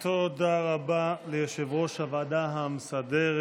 תודה רבה ליושב-ראש הוועדה המסדרת.